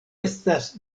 estas